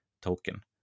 token